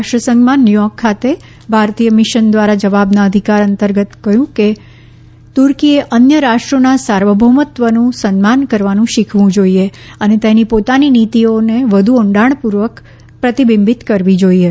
રાષ્ટ્ર સંઘમાં ન્યૂચોર્ક ખાતે ભારતીય મિશન દ્વારા જવાબના અધિકાર અંતર્ગત કહ્યું છે કે તુર્કીએ અન્ય રાષ્ટ્રોના સાર્વભૌમત્વનું સન્માન કરવાનું શીખવું જોઈએ અને તેની પોતાની નીતિઓને વધુ ઊડાણપૂર્વક પ્રતિબિંબિત કરવી જોઈએ